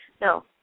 No